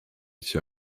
cię